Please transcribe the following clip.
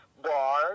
bar